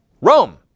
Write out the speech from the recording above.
Rome